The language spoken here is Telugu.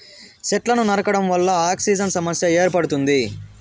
సెట్లను నరకడం వల్ల ఆక్సిజన్ సమస్య ఏర్పడుతుంది